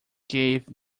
gave